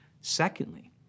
Secondly